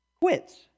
quits